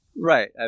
Right